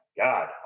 god